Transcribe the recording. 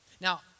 Now